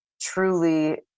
truly